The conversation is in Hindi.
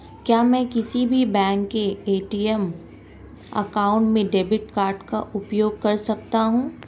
क्या मैं किसी भी बैंक के ए.टी.एम काउंटर में डेबिट कार्ड का उपयोग कर सकता हूं?